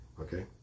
Okay